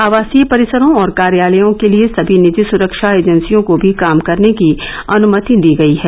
आवासीय परिसरों और कार्यालयों के लिए सभी निजी स्रक्षा एजेंसियों को भी काम करने की अनुमति दी गई है